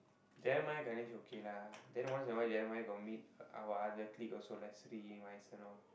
Jeremiah Ganesh okay lah then once in a while Jeremiah got meet our other clique also all